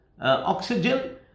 oxygen